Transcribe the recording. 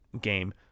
game